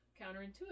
counterintuitive